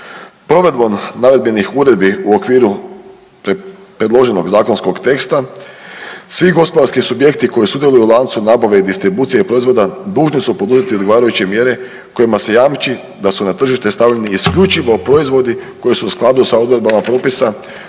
Provedbom navedenih uredbi u okviru predloženog zakonskog teksta, svi gospodarski subjekti koji sudjeluju u lancu nabave i distribucije proizvoda dužni su poduzeti odgovarajuće mjere kojima se jamči da su na tržište stavljani isključivo proizvodi koji su u skladu sa odredbama propisa